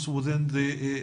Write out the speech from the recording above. קבוצות שונות של תלמידים